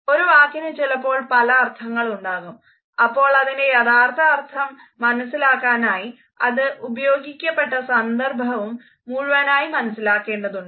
ഒരു വാക്കിനു ചിലപ്പോൾ പല അർത്ഥങ്ങളുണ്ടാകും അപ്പോൾ അതിൻറെ യാതാർത്ഥ അർഥം മനസ്സിലാക്കാനായി അത് ഉപയോഗിക്കപ്പെട്ട സന്ദർഭവും മുഴുവനായി മനസിലാക്കേണ്ടതുണ്ട്